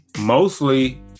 mostly